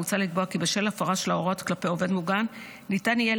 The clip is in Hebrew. מוצע לקבוע כי בשל הפרה של הוראות כלפי עובד מוגן ניתן יהיה